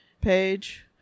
page